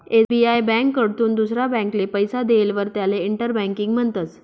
SBI ब्यांककडथून दुसरा ब्यांकले पैसा देयेलवर त्याले इंटर बँकिंग म्हणतस